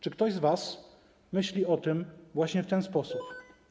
Czy ktoś z was myśli o tym właśnie w ten sposób?